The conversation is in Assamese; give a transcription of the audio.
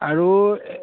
আৰু